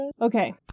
Okay